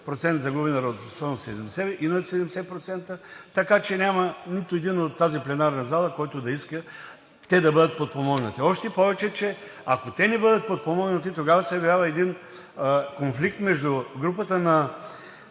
хора със загубена работоспособност над 70%, така че няма нито един от тази пленарна зала, който да не иска те да бъдат подпомогнати. Още повече, че ако те не бъдат подпомогнати, тогава се явява един конфликт между групата на